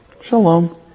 Shalom